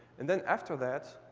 and then after that,